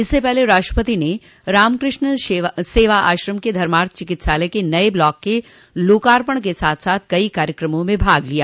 इससे पहले राष्ट्रपति ने रामकृष्ण सेवा आश्रम के धर्मार्थ चिकित्सालय के नये ब्लॉक क लोकार्पण के साथ साथ कई कार्यक्रमों में भाग लिया